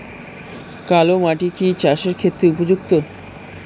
কালো মাটি কি চাষের ক্ষেত্রে উপযুক্ত?